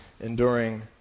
enduring